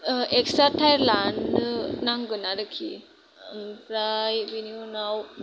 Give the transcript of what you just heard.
extra tyre लानो नांगोन आरोखि ओमफ्राय बेनि उनाव